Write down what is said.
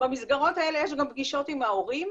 במסגרות האלה יש גם פגישות עם ההורים,